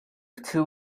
two